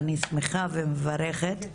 אני שמחה ומברכת.